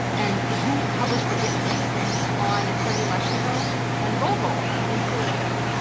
and who published the hit piece on serhiy leshchenko? ken vogel in politico.